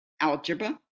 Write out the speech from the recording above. algebra